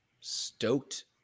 stoked